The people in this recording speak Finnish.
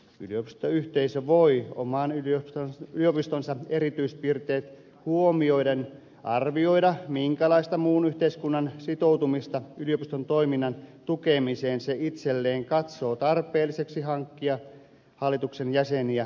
yliopistoyhteisö voi oman yliopistonsa erityispiirteet huomioiden arvioida minkälaista muun yhteiskunnan sitoutumista yliopiston toiminnan tukemiseen se itselleen katsoo tarpeelliseksi hankkia hallituksen jäseniä valitessaan